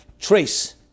trace